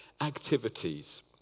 activities